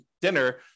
dinner